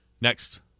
Next